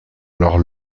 leur